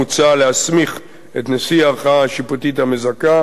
מוצע להסמיך את נשיא הערכאה השיפוטית המזכה